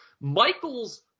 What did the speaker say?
michael's